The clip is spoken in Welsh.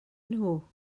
nhw